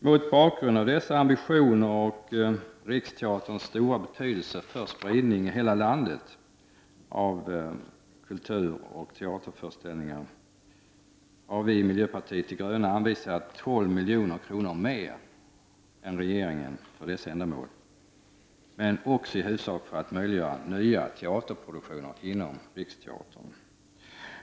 Mot bakgrund av dessa ambitioner och Riksteaterns stora betydelse för spridningen av kultur och teaterföreställningar i hela landet har vi i miljöpartiet de gröna anvisat 12 milj.kr. mer än regeringen anvisar för dessa ändamål men också för att i huvudsak möjliggöra nya teaterproduktioner inom Riksteatern.